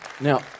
Now